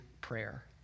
prayer